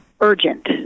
urgent